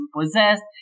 possessed